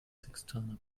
sextaner